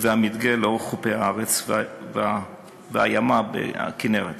והמדגה לאורך חופי הארץ וימת הכינרת.